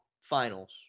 finals